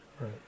Right